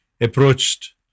approached